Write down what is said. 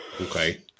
Okay